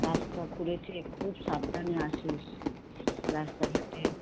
রাস্তা খুঁড়েছে খুব সাবধানে আসিস রাস্তাঘাটে